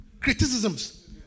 criticisms